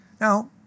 Now